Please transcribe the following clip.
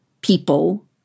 people